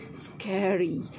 scary